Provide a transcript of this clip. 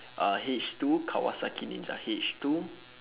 uh H two kawasaki ninja H two